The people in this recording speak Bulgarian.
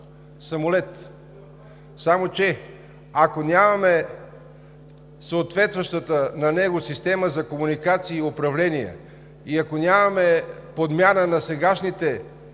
самолет, само че, ако нямаме съответстващата му система за комуникации и управление и ако нямаме подмяна на сегашните